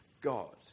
God